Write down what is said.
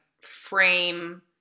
frame